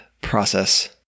process